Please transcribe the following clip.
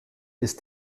ist